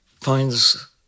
finds